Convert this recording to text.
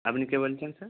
আপনি কে বলছেন স্যার